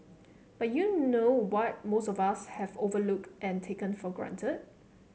but you know what most of us have overlooked and taken for granted